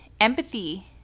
empathy